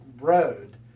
road